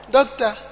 Doctor